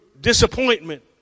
disappointment